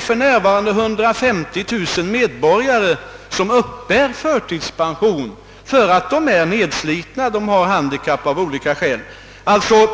För närvarande uppbär 150 000 medborgare förtidspension, därför att de är nedslitna och har handikapp av olika slag.